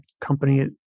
company